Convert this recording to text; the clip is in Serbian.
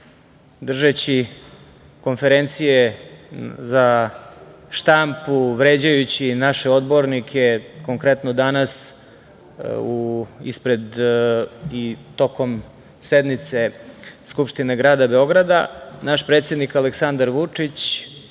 držeći konferencije za štampu, vređajući naše odbornike, konkretno danas ispred i tokom sednice Skupštine Grada Beograda, naš predsednik Aleksandar Vučić,